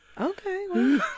okay